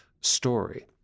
story